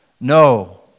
No